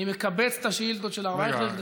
אני מקבץ את השאילתות של הרב אייכלר כדי